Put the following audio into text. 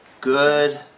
Good